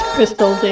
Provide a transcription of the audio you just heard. Crystal